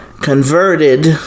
converted